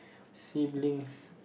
siblings